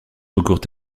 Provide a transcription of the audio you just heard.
recourt